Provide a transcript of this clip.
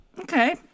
Okay